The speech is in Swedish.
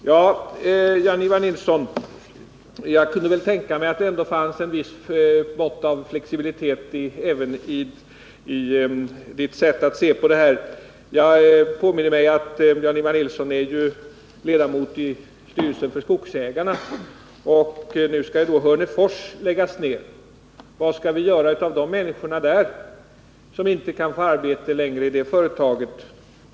Till Jan-Ivan Nilsson vill jag säga att jag kunde väl tänka mig att det ändå finns ett visst mått av flexibilitet även i hans sätt att se på dessa ting. Jag påminner mig att Jan-Ivan Nilsson är ledamot i styrelsen för Skogsägarna. Nu skall verksamheten i Hörnefors läggas ner. Vad skall vi göra med de människor som förlorar sitt arbete i det företaget?